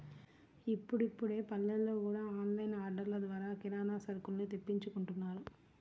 ఇప్పుడిప్పుడే పల్లెల్లో గూడా ఆన్ లైన్ ఆర్డర్లు ద్వారా కిరానా సరుకుల్ని తెప్పించుకుంటున్నారు